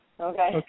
Okay